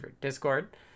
Discord